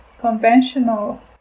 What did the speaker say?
conventional